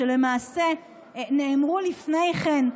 שלמעשה נאמרו לפני כן,